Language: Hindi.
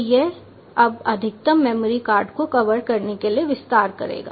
तो यह अब अधिकतम मेमोरी कार्ड को कवर करने के लिए विस्तार करेगा